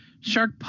Shark